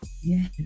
yes